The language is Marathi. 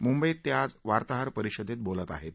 मुंबईत ते आज वार्ताहर परिषदेत बोलत होते